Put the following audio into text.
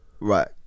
right